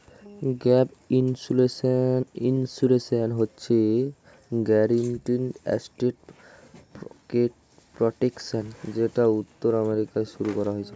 gap insurance হচ্ছে guaranteed asset protection যেটা উত্তর আমেরিকায় শুরু করা হয়েছিল